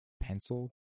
pencil